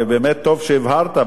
וטוב באמת שהבהרת,